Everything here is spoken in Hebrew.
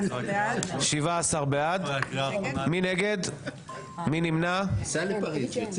17 נגד, אין נמנעים, אין אושרה.